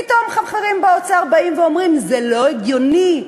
פתאום חברים באוצר באים ואומרים: זה לא הגיוני,